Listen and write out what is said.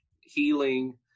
healing